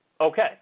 Okay